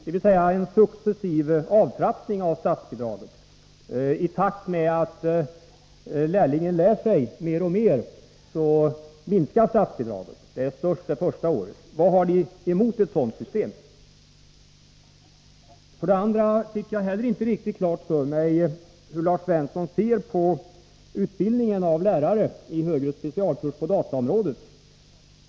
Vi föreslår en successiv avtrappning av statsbidraget, dvs. i takt med att lärlingen lär sig mer och mer minskar statsbidraget — det är störst det första året. Vad har ni emot ett sådant system? För det andra fick jag inte heller riktigt klart för mig hur Lars Svensson ser på utbildningen av lärare i högre specialkurs på dataområdet.